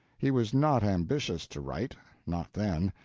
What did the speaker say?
he was not ambitious to write not then.